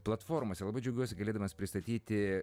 platformose labai džiaugiuosi galėdamas pristatyti